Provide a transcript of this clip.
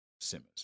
simmers